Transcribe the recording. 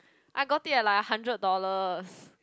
I got it at like a hundred dollars